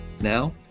Now